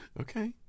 Okay